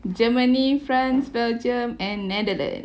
germany france belgium and netherlands